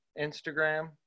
Instagram